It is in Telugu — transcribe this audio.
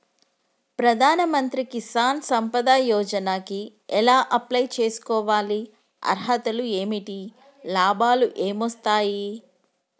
ప్రధాన మంత్రి కిసాన్ సంపద యోజన కి ఎలా అప్లయ్ చేసుకోవాలి? అర్హతలు ఏంటివి? లాభాలు ఏమొస్తాయి?